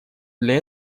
для